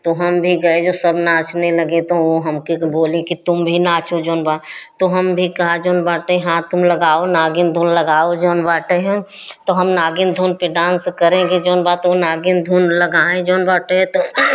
तो हम भी गए जो सब नाचने लगे तो वह हमको बोले कि तुम भी नाचो जोन बा तो हम भी कहा जोन बाटें हाँ तुम लगाओ नागिन धुन लगाओ जोन बाटै हो तो हम नागिन धुन पर डांस करेंगे जोन बा तो ओ नागिन धुन लगाएँ जोन बाटे तोन